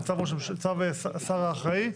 בצו השר האחראי,